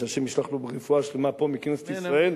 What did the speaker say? ושה' ישלח לו רפואה שלמה פה מכנסת ישראל,